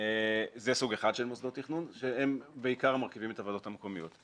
זה סוג אחד של מוסדות תכנון שמרכיבים בעיקר את הוועדות המקומיות.